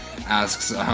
asks